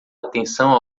atenção